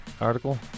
article